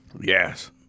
Yes